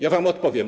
Ja wam odpowiem.